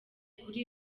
kuri